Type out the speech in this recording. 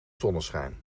zonneschijn